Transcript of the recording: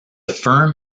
firm